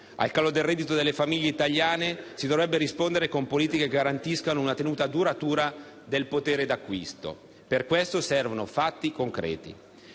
Al calo del reddito delle famiglie italiane si deve rispondere con politiche che garantiscano una tenuta duratura del potere di acquisto. Per questo servono fatti concreti.